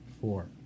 Four